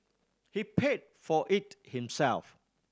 he paid for it himself